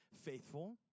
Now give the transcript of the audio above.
faithful